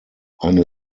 eine